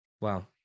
wow